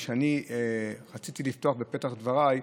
לגבי מה שרציתי לפתוח בפתח דבריי,